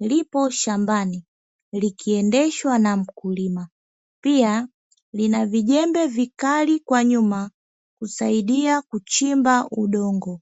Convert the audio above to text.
lipo shambani, likiendeshwa na mkulima. Pia lina vijembe vikali, kwa nyuma husaidia kuchimba udongo.